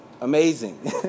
amazing